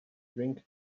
drink